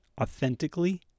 authentically